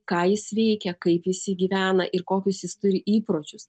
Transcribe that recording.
ką jis veikia kaip jisai gyvena ir kokius jis turi įpročius